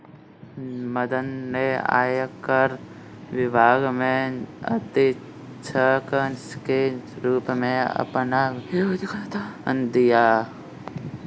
मदन ने आयकर विभाग में अधीक्षक के रूप में अपना योगदान दिया